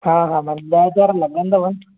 हा हा माने ॾह हज़ार लॻंदव